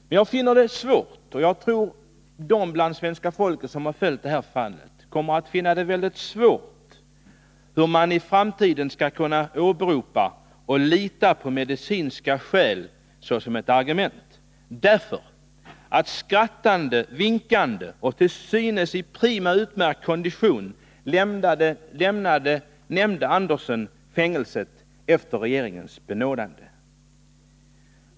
Men jag finner det svårt — och jag tror att de andra inom svenska folket som har följt detta fall delar min uppfattning — att i framtiden kunna lita på medicinska skäl som åberopas i sådana här sammanhang. För det var skrattande, vinkande och till synes i prima kondition som nämnde Andersson lämnade fängelset efter regeringens benådande.